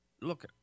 Look